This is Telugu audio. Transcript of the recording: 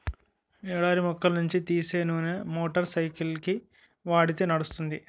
ఎడారి మొక్కల నుంచి తీసే నూనె మోటార్ సైకిల్కి వాడితే నడుస్తుంది